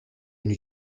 une